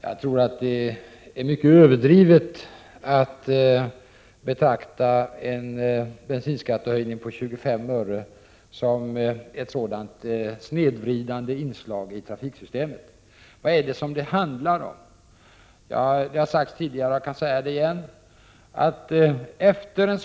Jag tror att det är mycket överdrivet att betrakta en bensinskattehöjning på 25 öre såsom ett sådant snedvridande inslag i trafiksystemet. Vad handlar det om? Jag har sagt det tidigare men kansäga det igen. Det är ingen felsägning.